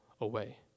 away